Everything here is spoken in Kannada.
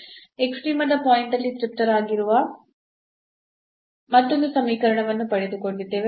ಎಕ್ಸ್ಟ್ರೀಮದ ಪಾಯಿಂಟ್ ಅಲ್ಲಿ ತೃಪ್ತವಾಗಿರುವ ಮತ್ತೊಂದು ಸಮೀಕರಣವನ್ನು ಪಡೆದುಕೊಂಡಿದ್ದೇವೆ